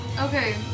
Okay